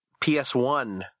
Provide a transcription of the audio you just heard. PS1